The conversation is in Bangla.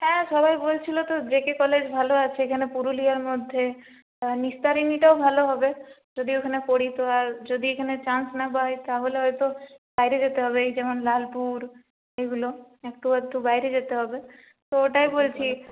হ্যাঁ সবাই বলছিলো তো জেকে কলেজ ভালো আছে এখানে পুরুলিয়ার মধ্যে আর নিস্তারিণীটাও ভালো হবে যদি ওখানে পড়ি তো আর যদি এখানে চান্স না পাই তাহলে হয়তো বাইরে যেতে হবে এই যেমন লালপুর এগুলো একটু আধটু বাইরে যেতে হবে তো ওটাই বলছি